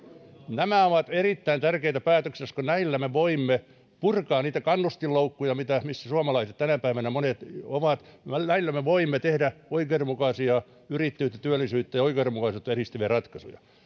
nämä ovat erittäin tärkeitä päätöksiä koska näillä me voimme purkaa niitä kannustinloukkuja missä monet suomalaiset tänä päivänä ovat näillä näillä me voimme tehdä oikeudenmukaisia yrittäjyyttä työllisyyttä ja oikeudenmukaisuutta edistäviä ratkaisuja